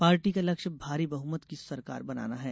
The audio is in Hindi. पार्टी का लक्ष्य भारी बहुमत की सरकार बनाना है